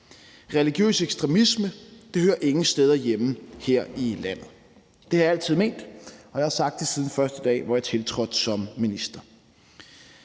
Religiøs ekstremisme hører ingen steder hjemme her i landet. Det har jeg altid ment, og jeg har også sagt det, siden første dag jeg tiltrådte som minister.